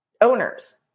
owners